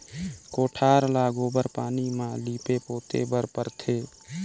कोठार ल गोबर पानी म लीपे पोते बर परथे